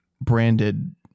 branded